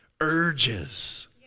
urges